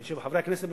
אני חושב שחברי הכנסת,